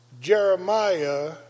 Jeremiah